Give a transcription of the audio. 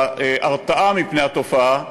להרתעה מול התופעה,